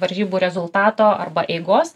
varžybų rezultato arba eigos